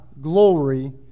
glory